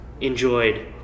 enjoyed